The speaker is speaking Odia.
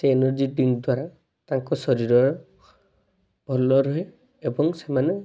ସେ ଏନର୍ଜି ଡ୍ରିଙ୍କ ଦ୍ୱାରା ତାଙ୍କ ଶରୀରର ଭଲ ରହେ ଏବଂ ସେମାନେ